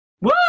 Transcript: Woo